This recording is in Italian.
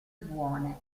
buone